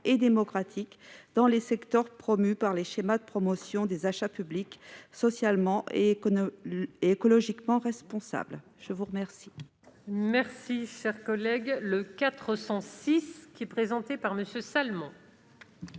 et démocratiques dans les secteurs promus par les schémas de promotion des achats publics socialement et écologiquement responsables. L'amendement